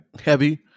heavy